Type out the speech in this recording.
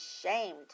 shamed